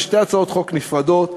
בשתי הצעות חוק נפרדות,